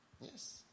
Yes